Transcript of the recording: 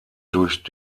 durch